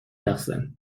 رقصن